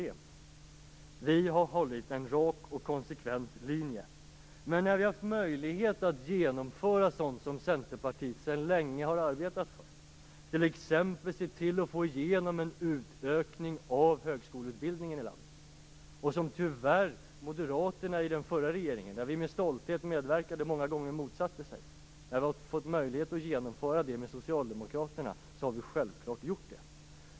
Centerpartiet har hållit en rak och konsekvent linje, men nu har det funnits möjlighet att genomföra sådant som Centerpartiet sedan länge har arbetat för, t.ex. att få igenom en utökning av högskoleutbildningarna, och som tyvärr Moderaterna i den förra regeringen, där Centerpartiet med stolthet medverkade, många gånger motsatte sig. När vi fått möjlighet att genomföra detta med Socialdemokraterna har vi självfallet gjort det.